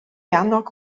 annog